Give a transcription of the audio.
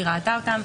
היא ראתה אותם,